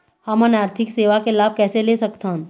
हमन आरथिक सेवा के लाभ कैसे ले सकथन?